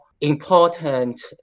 important